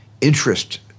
interest